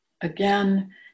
again